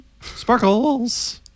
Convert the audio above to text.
Sparkles